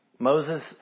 Moses